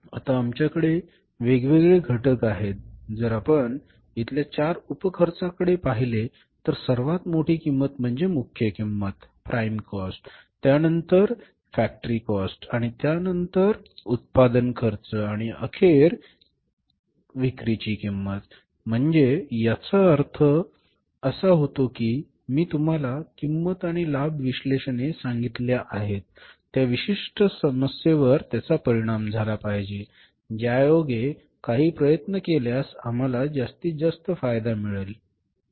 आता आमच्याकडे वेगवेगळे घटक आहेत जर आपण इथल्या चार उपखर्चाकडे पाहिले तर सर्वात मोठी किंमत म्हणजे मुख्य किंमत त्यानंतर कारखाना खर्च आणि त्यानंतर उत्पादन खर्च आणि अखेर विक्रीची किंमत म्हणजे याचा अर्थ असा होतो की मी तुम्हाला किंमत आणि लाभ विश्लेषणे सांगितल्या आहेत त्या विशिष्ट समस्येवर त्यांचा परिणाम झाला पाहिजे ज्यायोगे काही प्रयत्न केल्यास आम्हाला जास्तीत जास्त फायदा मिळतो